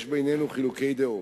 יש בינינו חילוקי דעות,